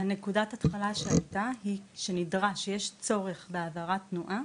נקודת ההתחלה שהיתה היא שנדרש ושיש צורך בהעברת תנועה